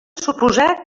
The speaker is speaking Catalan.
suposar